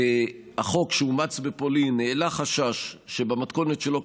החוק שאומץ בפולין העלה חשש שבמתכונת שלו,